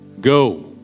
go